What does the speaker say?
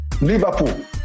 Liverpool